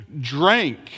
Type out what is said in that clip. drank